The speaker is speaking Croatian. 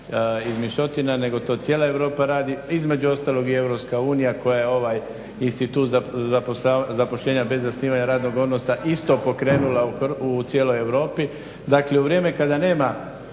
izmišljotina nego to cijela Europa radi, između ostalog i Europska unija koja je ovaj institut zaposlenja bez osnivanja radnog odnosa isto pokrenula u cijeloj Europi. Dakle u vrijeme kada nema